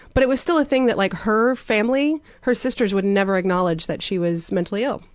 but it was still a thing that like her family, her sisters would never acknowledge that she was mentally ill.